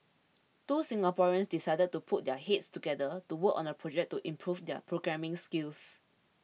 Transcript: two Singaporeans decided to put their heads together to work on a project to improve their programming skills